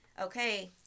okay